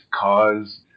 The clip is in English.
cause